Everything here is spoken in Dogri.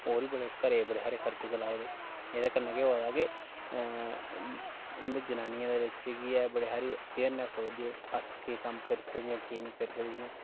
होर बी बड़े घरै दे बड़े हारे खर्चे चलाए दे एह्दे कन्नै केह् होआ दा के उ'नें जननिये दे बिच्च केह् ऐ बड़ी सारी अवेयरनेस आवै दी अस केह् कम्म करी सकदियां केह् नि करी सकदियां